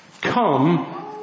Come